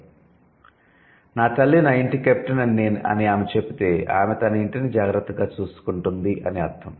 'నా తల్లి నా ఇంటి కెప్టెన్' అని ఆమె చెబితే ఆమె తన ఇంటిని జాగ్రత్తగా చూసుకుంటుంది అని అర్ధం